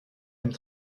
une